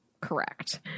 correct